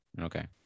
Okay